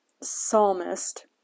psalmist